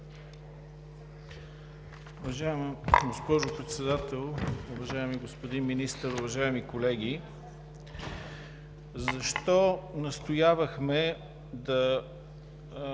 Уважаема госпожо Председател, уважаеми господин Министър, уважаеми колеги! Защо настоявахме да